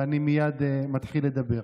ואני מייד מתחיל לדבר.